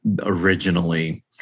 originally